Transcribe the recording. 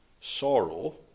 sorrow